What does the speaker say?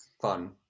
fun